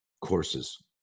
courses